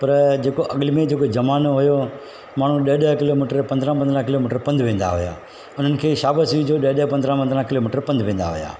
पर जेको अॻिले में जेको ज़मानो हुयो माण्हू ॾह ॾह किलोमीटर पंदरहां पंदरहां किलोमीटर पंधु वेंदा हुया उन्हनि खे शाबसि हुई जो ॾह ॾह पंदरहां पंदरहां किलोमीटर पंधु वेंदा हुया